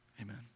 Amen